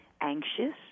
anxious